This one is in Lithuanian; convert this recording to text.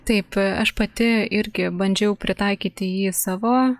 taip aš pati irgi bandžiau pritaikyti jį savo